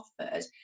offered